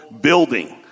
building